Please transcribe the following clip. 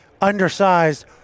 undersized